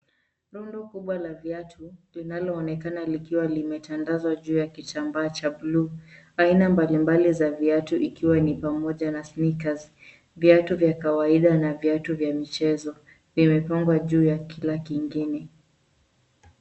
Rundo kubwa la viatu linaloonekana likiwa limetandazwa juu ya kitambaa cha buluu. Aina mbalimbali za viatu ikiwa ni pamoja na sneakers , viatu vya kawaida na viatu vya michezo vimepangwa juu kila kingine.